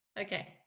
okay